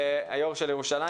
והיו"ר של ירושלים.